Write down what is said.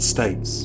States